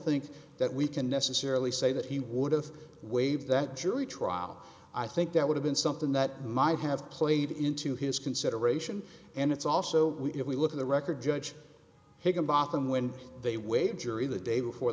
think that we can necessarily say that he would've waived that jury trial i think that would have been something that might have played into his consideration and it's also if we look at the record judge higginbotham when they waive jury the day before